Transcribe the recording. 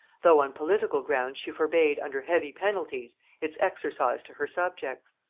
though on political grounds she forbade under heavy penalties its exercise to her subjects.